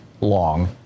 long